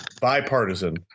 bipartisan